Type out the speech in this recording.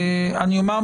אני אומר,